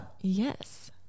yes